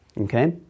Okay